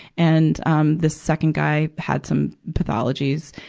and, um, the second guy had some pathologies.